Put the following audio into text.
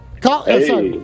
Call